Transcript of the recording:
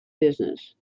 businesses